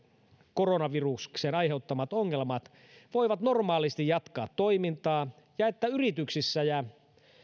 koronaviruksen aiheuttamat ongelmat eivät välittömästi koske voivat normaalisti jatkaa toimintaa ja että yrityksissä ja